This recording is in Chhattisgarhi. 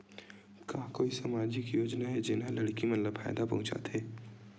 का कोई समाजिक योजना हे, जेन हा लड़की मन ला फायदा पहुंचाथे?